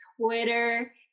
Twitter